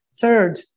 Third